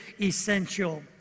essential